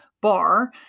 bar